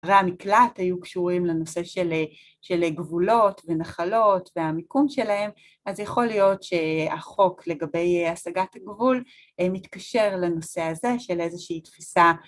והמקלט היו קשורים לנושא של אה... של אה... גבולות ונחלות והמיקום שלהם, אז יכול להיות שהחוק לגבי השגת גבול מתקשר לנושא הזה של איזושהי תפיסה...